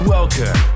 Welcome